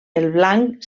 blanc